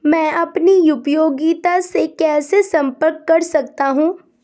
मैं अपनी उपयोगिता से कैसे संपर्क कर सकता हूँ?